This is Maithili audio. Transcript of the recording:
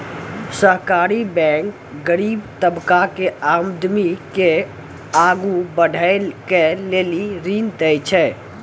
सहकारी बैंक गरीब तबका के आदमी के आगू बढ़ै के लेली ऋण देय छै